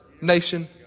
nation